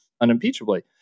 unimpeachably